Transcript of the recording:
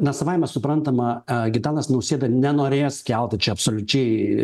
na savaime suprantama gitanas nausėda nenorės kelti čia absoliučiai